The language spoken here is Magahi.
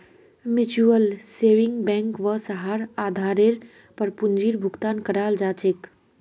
म्युचुअल सेविंग बैंक स वहार आधारेर पर पूंजीर भुगतान कराल जा छेक